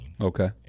Okay